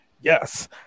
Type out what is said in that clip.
yes